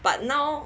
but now